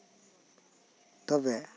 ᱛᱚᱵᱮ